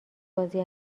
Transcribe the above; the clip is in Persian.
بازی